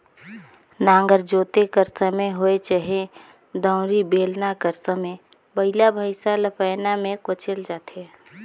नांगर जोते कर समे होए चहे दउंरी, बेलना कर समे बइला भइसा ल पैना मे कोचल जाथे